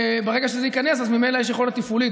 ברגע שזה ייכנס אז ממילא יש יכולת תפעולית.